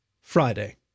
Friday